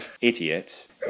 idiots